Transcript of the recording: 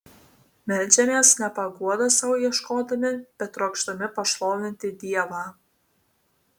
meldžiamės ne paguodos sau ieškodami bet trokšdami pašlovinti dievą